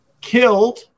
killed